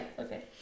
okay